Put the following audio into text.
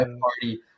party